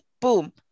Boom